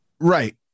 Right